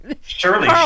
Surely